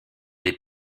les